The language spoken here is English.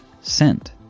scent